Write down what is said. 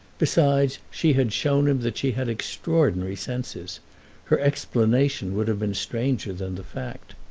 besides, she had shown him that she had extraordinary senses her explanation would have been stranger than the fact.